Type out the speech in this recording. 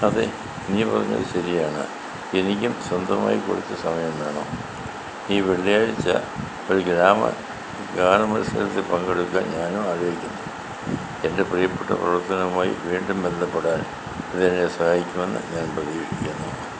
അതെ നീ പറഞ്ഞത് ശരിയാണ് എനിക്കും സ്വന്തമായി കുറച്ച് സമയം വേണം ഈ വെള്ളിയാഴ്ച ഒരു ഗ്രാമ ഗാനമത്സരത്തിൽ പങ്കെടുക്കാൻ ഞാനും ആലോചിക്കുന്നു എൻ്റെ പ്രിയപ്പെട്ട പ്രവർത്തനവുമായി വീണ്ടും ബന്ധപ്പെടാൻ ഇത് എന്നെ സഹായിക്കുമെന്ന് ഞാൻ പ്രതീക്ഷിക്കുന്നു